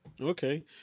Okay